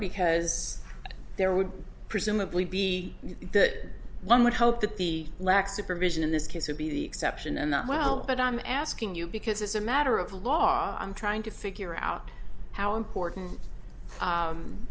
because there would presumably be that one would hope that the lack supervision in this case would be the exception and that well but i'm asking you because as a matter of law i'm trying to figure out how important